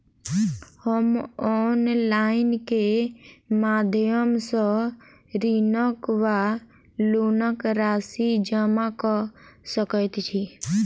हम ऑनलाइन केँ माध्यम सँ ऋणक वा लोनक राशि जमा कऽ सकैत छी?